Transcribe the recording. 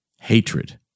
hatred